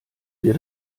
wir